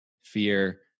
fear